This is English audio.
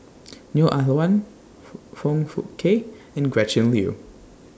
Neo Ah Luan Foong Fook Kay and Gretchen Liu